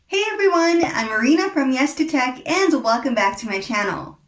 hey everyone, i'm marina from yes to tech, and welcome back to my channel.